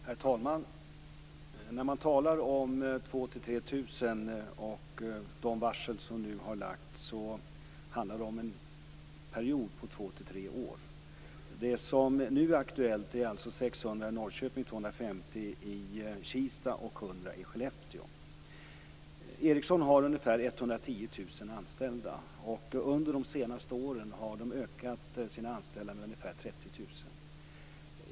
Herr talman! När man talar om 2 000-3 000 anställda och de varsel som nu har lagts handlar det om en period på två till tre år. Det som nu är aktuellt är Ericsson har ungefär 110 000 anställda. Under de senaste åren har man ökat antalet anställda med ungefär 30 000.